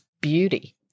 beauty